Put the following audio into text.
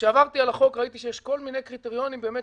וכשעברתי על החוק ראיתי שיש כל מיני קריטריונים באמת,